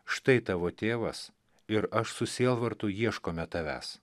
štai tavo tėvas ir aš su sielvartu ieškome tavęs